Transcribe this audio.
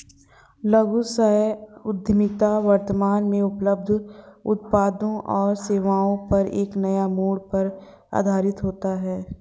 लघु व्यवसाय उद्यमिता वर्तमान में उपलब्ध उत्पादों और सेवाओं पर एक नए मोड़ पर आधारित होता है